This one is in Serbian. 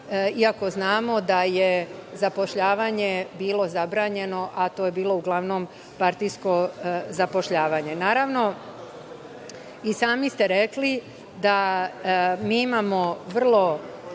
iako znamo da je zapošljavanje bilo zabranjeno, a to je bilo uglavnom partijsko zapošljavanje. Naravno, i sami ste rekli da nemamo